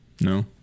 No